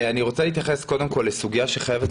אני רוצה להתייחס קודם כל לסוגיה שחייבת